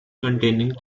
containing